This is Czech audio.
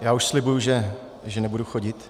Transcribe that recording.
Já už slibuji, že nebudu chodit.